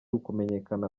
ukumenyekana